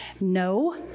No